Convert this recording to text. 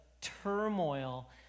turmoil